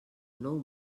nou